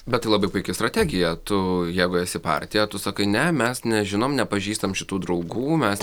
bet tai labai puiki strategija tu jeigu esi partija tu sakai ne mes nežinom nepažįstam šitų draugų mes